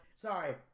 Sorry